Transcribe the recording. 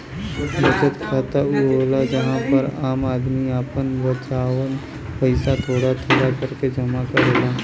बचत खाता ऊ होला जहां पर आम आदमी आपन बचावल पइसा थोड़ा थोड़ा करके जमा करेला